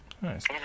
Nice